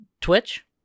Twitch